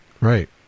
Right